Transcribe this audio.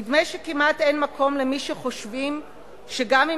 נדמה שכמעט אין מקום למי שחושבים שגם אם